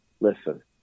Listen